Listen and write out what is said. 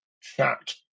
chat